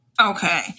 Okay